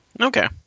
Okay